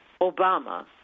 Obama